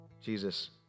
Jesus